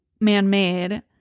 man-made